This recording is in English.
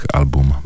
album